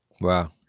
Wow